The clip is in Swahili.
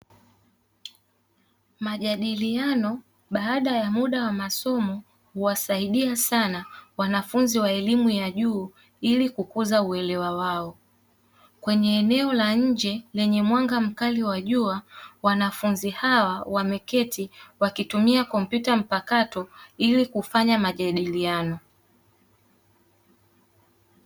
Majadiliano baada ya muda wa masomo huwasaidia sana wanafunzi wa elimu ya juu ili kukuza uelewa wao, kwenye eneo la nje lenye mwanga mkali wa jua wanafunzi hawa wameketi wakitumia kompyuta mpakato ili kufanya majadiliano.